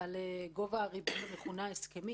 על גובה הריבית המכונה "הסכמית".